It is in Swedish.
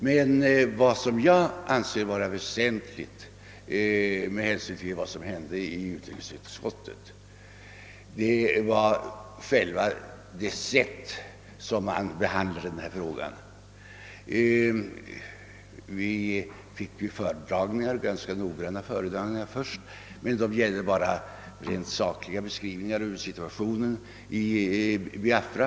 Jag anser det dock vara väsentligt att något beröra det sätt varpå denna fråga behandlades i utrikesutskottet. Först fick vi i utrikesutskottet ganska noggranna föredragningar, som dock uteslutande gällde rent sakliga beskrivningar av situationen i Biafra.